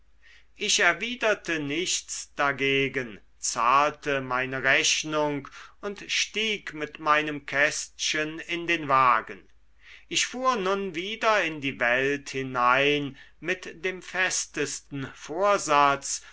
ich erwiderte nichts dagegen zahlte meine rechnung und stieg mit meinem kästchen in den wagen ich fuhr nun wieder in die welt hinein mit dem festesten vorsatz